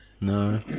No